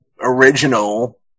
original